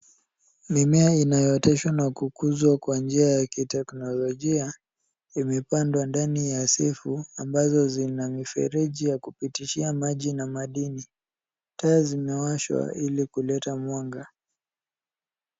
Mimea inayooteshwa na kukuzwa kwa njia ya kiteknolojia imepandwa ndani ya sifu ambazo zina mifereji ya kupitishia maji na madini. Taa zimewashwa ili kuleta mwanga.